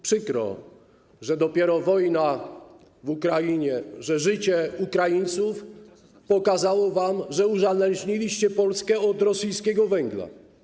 Przykro, że dopiero wojna w Ukrainie, że życie Ukraińców pokazało wam, że uzależniliście Polskę od rosyjskiego węgla.